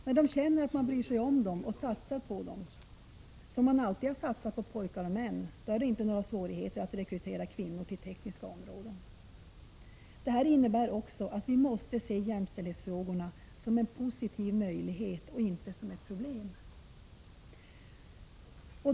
När de känner att man bryr sig om dem och satsar på dem, som man alltid har satsat på pojkar och män, är det inga svårigheter att rekrytera kvinnor till tekniska områden. Det innebär också att vi måste se jämställdhetsfrågorna som en positiv möjlighet och inte som ett problem.